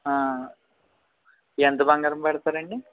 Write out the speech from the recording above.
ఎంత బంగారం పెడతారు అండి